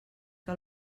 que